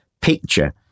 picture